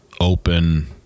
open